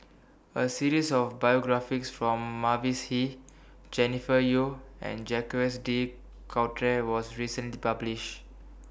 A series of biographies from Mavis Hee Jennifer Yeo and Jacques De Coutre was recently published